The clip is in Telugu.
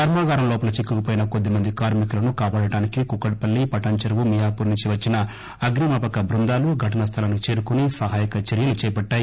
కర్మాగారం లోపల చిక్కుకుపోయిన కొద్దిమంది కార్మి కులను కాపాడటానికి కూకట్ పల్లి పటాన్ చెరువు మియాపూర్ నుండి వచ్చిన అగ్ని మాపక బృందాలు ఘటన స్లలానికి చేరుకుని సహాక చర్యలు చేపట్ణాయి